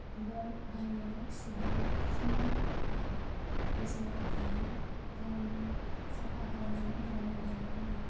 बिबार बायनायाव इसेबां खिनि बेसेन थाङा गावनो साफा खालामनानै गावनो गायब्ला